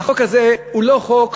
והחוק הזה הוא לא חוק